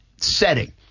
setting